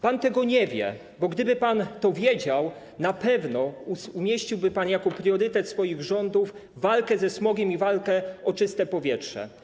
Pan tego nie wie, bo gdyby pan to wiedział, na pewno umieściłby pan wśród priorytetów swoich rządów walkę ze smogiem i walkę o czyste powietrze.